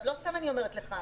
לא סתם אני אומרת לך,